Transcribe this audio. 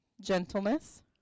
Gentleness